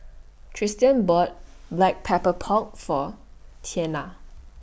Tristian bought Black Pepper Pork For Tianna